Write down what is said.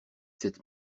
sept